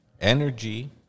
energy